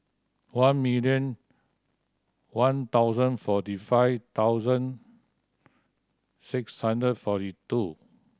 one million one thousand forty five thousand six hundred forty two